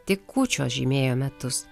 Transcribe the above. tik kūčios žymėjo metus